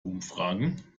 umfragen